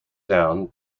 down